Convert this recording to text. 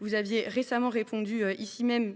Vous aviez récemment répondu ici même